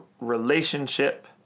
relationship